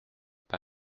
pas